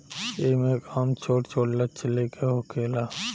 एईमे काम छोट छोट लक्ष्य ले के होखेला